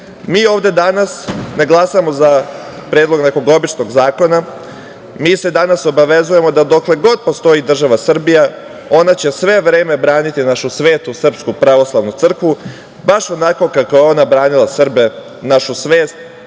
ovde danas ne glasamo za predlog nekog običnog zakona. Danas se obavezujemo da dokle god postoji država Srbija ona će sve vreme braniti našu svetu SPC, baš onako kako je ona branila Srbe, našu svest,